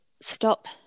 stop